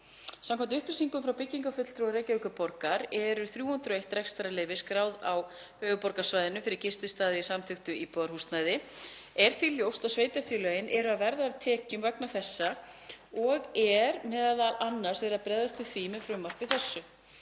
Samkvæmt upplýsingum frá byggingarfulltrúa Reykjavíkurborgar er 301 rekstrarleyfi skráð á höfuðborgarsvæðinu fyrir gististaði í samþykktu íbúðarhúsnæði. Er því ljóst að sveitarfélögin eru að verða af tekjum vegna þessa og er m.a. verið að bregðast við því með frumvarpi þessu.